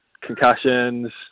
concussions